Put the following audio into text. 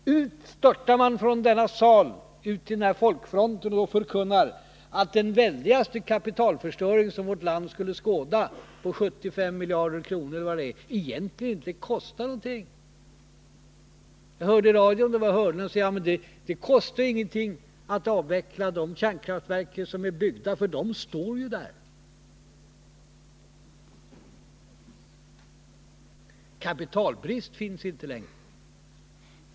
Men sedan störtar man ut från denna sal till Folkfronten och förkunnar att den väldigaste kapitalförstöring som vårt land skulle skåda — på 75 miljarder eller vad det är — egentligen inte kostar någonting. Jag hörde i radion Börje Hörnlund säga: Ja, men det kostar ingenting att avveckla de kärnkraftverk som är byggda, för de står ju där. Kapitalbrist finns inte längre.